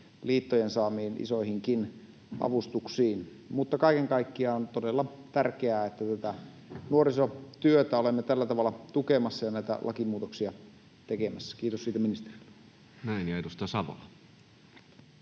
liittojen saamiin isoihinkin avustuksiin. Kaiken kaikkiaan on todella tärkeää, että nuorisotyötä olemme tällä tavalla tukemassa ja näitä lakimuutoksia tekemässä. Kiitos siitä ministerille. [Speech 232]